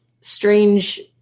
strange